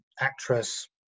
actress